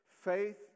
faith